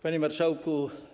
Panie Marszałku!